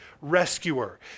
rescuer